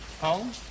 Home